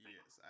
Yes